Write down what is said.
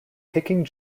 kicking